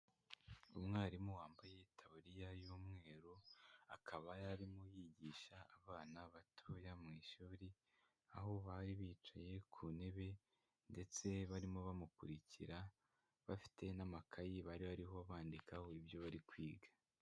Umwarimu wambaye itaburiya y'umweru akaba yari arimo yigisha abana batoya mu ishuri, aho bari bicaye ku ntebe ndetse barimo bamukurikira, bafite n'amakayi bari bariho bandikaho ibyo bari kwiga.